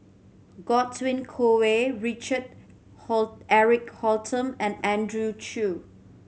Godwin Koay Richard Eric Holttum and Andrew Chew